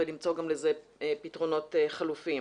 ולמצוא גם לזה פתרונות חלופיים.